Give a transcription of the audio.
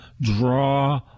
draw